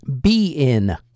Be-In